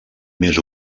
més